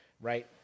right